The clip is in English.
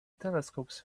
telescopes